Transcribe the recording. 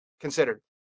considered